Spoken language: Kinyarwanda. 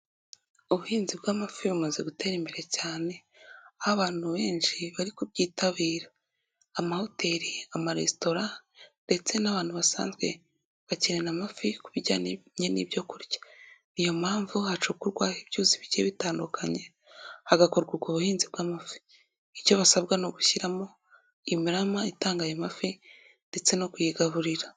Ubuhinzi bw'amafi bumaze gutera imbere cyane, aho abantu benshi bari kubyitabira, amahoteli, amaresitora ndetse n'abantu basanzwe, bakenera amafi ku bijyanyeye n'ibyo kurya niyo mpamvu hacukurwa ibyuzi bigiye bitandukanye, hagakorwa ku ubuhinzi bw'amafi icyo basabwa ni ugushyiramo imirama itanga ayo mafi ndetse no kuyigaburira.